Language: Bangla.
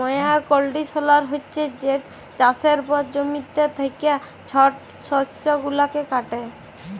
ময়ার কল্ডিশলার হছে যেট চাষের পর জমিতে থ্যাকা ছট শস্য গুলাকে কাটে